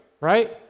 right